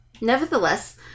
nevertheless